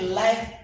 life